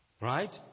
Right